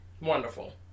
Wonderful